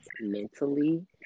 mentally